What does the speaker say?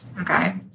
okay